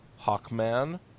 Hawkman